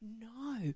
no